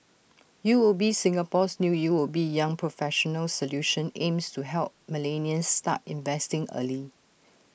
U O B Singapore's new U O B young professionals solution aims to help millennials start investing early